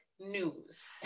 news